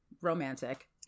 romantic